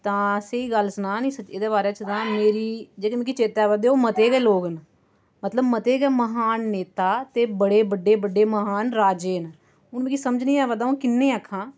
तां स्हेई गल्ल सनां नी एह्दे बारे च तां मेरी जेह्ड़े मिगी चेता आवा करदे ओह् मते गै लोक न मतलब मते गै महान नेता ते बड़े बड्डे बड्डे महान राजे न हून मिगी समझ नी आवा दा हून किन्ने आक्खां